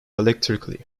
electrically